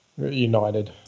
United